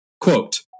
Quote